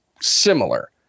similar